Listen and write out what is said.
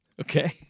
Okay